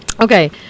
Okay